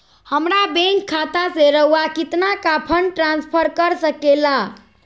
हमरा बैंक खाता से रहुआ कितना का फंड ट्रांसफर कर सके ला?